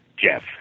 Jeff